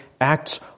acts